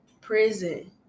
prison